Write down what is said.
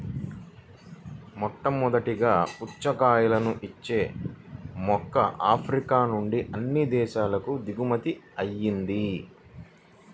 మొట్టమొదటగా పుచ్చకాయలను ఇచ్చే మొక్క ఆఫ్రికా నుంచి అన్ని దేశాలకు దిగుమతి అయ్యింది